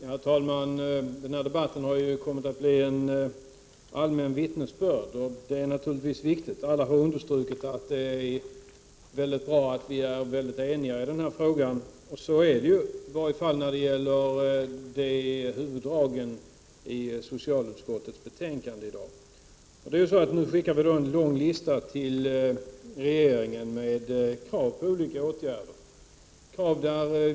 Herr talman! Den här debatten har kommit att fungera som ett allmänt vittnesbörd, och det är naturligtvis viktigt. Alla har understrukit att det är bra att vi är eniga i den här frågan, och så är det ju, i varje fall när det gäller huvuddragen i socialutskottets betänkande i dag. Nu skickar vi en lång lista till regeringen med krav på åtgärder.